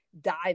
dive